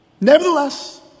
Nevertheless